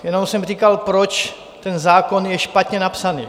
Jenom jsem říkal, proč ten zákon je špatně napsaný.